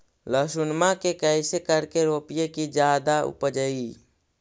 लहसूनमा के कैसे करके रोपीय की जादा उपजई?